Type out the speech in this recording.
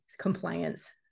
compliance